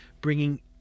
bringing